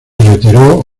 retiró